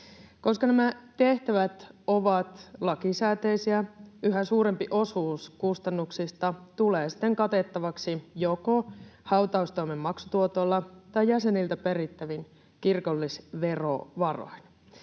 Koska nämä tehtävät ovat lakisääteisiä, yhä suurempi osuus kustannuksista tulee siten katettavaksi joko hautaustoimen maksutuotolla tai jäseniltä perittävin kirkollisverovaroin.